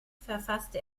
verfasste